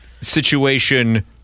situation